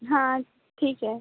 हाँ ठीक है